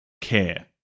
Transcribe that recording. care